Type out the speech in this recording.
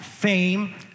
Fame